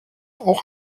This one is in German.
auch